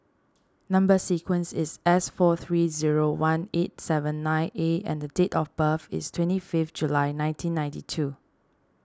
Number Sequence is S four three zero one eight seven nine A and date of birth is twenty fifth July nineteen ninety two